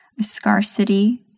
scarcity